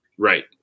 Right